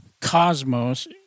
cosmos